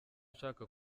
ushaka